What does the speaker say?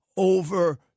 over